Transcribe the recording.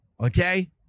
okay